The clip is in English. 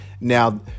Now